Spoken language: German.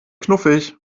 knuffig